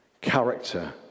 character